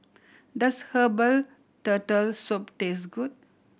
does herbal Turtle Soup taste good